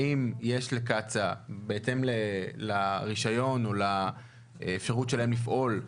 בהתאם לרישיון או לאפשרות שלה לפעול,